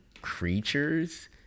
creatures